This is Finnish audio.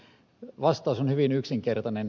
vastaus on hyvin yksinkertainen